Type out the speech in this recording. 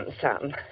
son